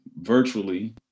virtually